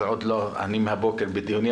אני מהבוקר בדיונים,